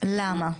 למה?